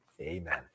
Amen